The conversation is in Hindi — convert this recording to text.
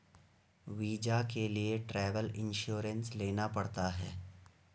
वीजा के लिए ट्रैवल इंश्योरेंस लेना पड़ता है